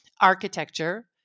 Architecture